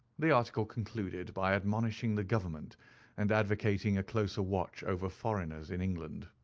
the article concluded by admonishing the government and advocating a closer watch over foreigners in england.